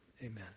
amen